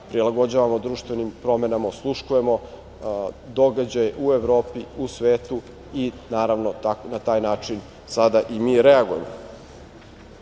prilagođavamo društvenim promena, osluškujemo događaje u Evropi, u svetu. Naravno, na taj način sada i mi reagujemo. Parcijalna